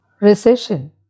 Recession